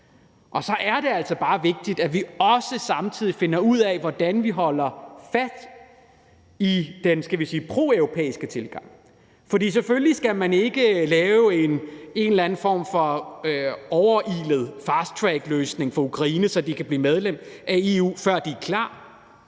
Og så er det altså bare vigtigt, at vi også samtidig finder ud af, hvordan vi holder fast i den proeuropæiske tilgang, for selvfølgelig skal man ikke lave en eller anden form for overilet fasttrackløsning for Ukraine, så de kan blive medlem af EU, før de er klar,